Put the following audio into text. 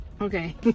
Okay